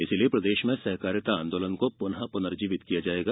इसलिए प्रदेश में सहकारिता आंदोलन को पुनः पुनर्जीवित किया जाएगा